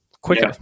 quicker